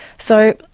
so,